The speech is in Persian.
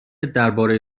درباره